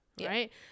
right